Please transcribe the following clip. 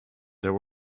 there